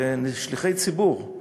כשליחי ציבור,